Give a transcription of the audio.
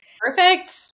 Perfect